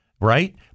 right